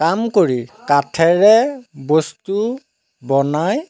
কাম কৰি কাঠেৰে বস্তু বনাই